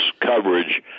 coverage